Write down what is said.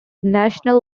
national